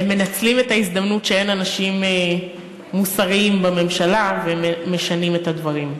הם מנצלים את ההזדמנות שאין אנשים מוסריים בממשלה והם משנים את הדברים.